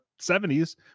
70s